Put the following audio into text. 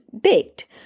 baked